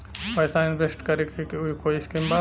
पैसा इंवेस्ट करे के कोई स्कीम बा?